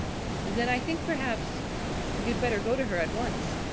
then i think perhaps you'd better go to her at once.